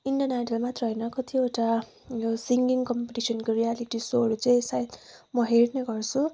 Indian Idol मात्र होइन कतिवटा यो सिङ्गिङ कम्पिटिसनको रियालिटी सोहरू चाहिँ सायद म हेर्ने गर्छु